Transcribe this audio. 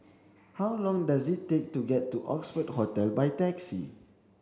how long does it take to get to Oxford Hotel by taxi